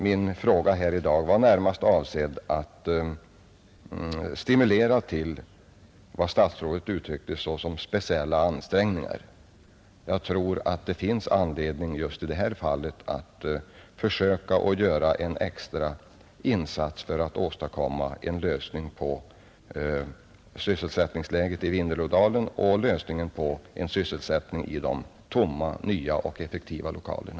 Min fråga här i dag var närmast avsedd att stimulera till vad statsrådet betecknade såsom speciella ansträngningar. Jag tror att det finns anledning just i det här fallet att försöka göra en extra insats för att åstadkomma en lösing på sysselsättningsproblemet i Vindelådalen och skaffa sysselsättning i de tomma, nya och effektiva lokalerna.